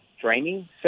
training